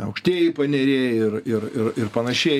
aukštieji paneriai ir ir ir ir panašiai